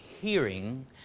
hearing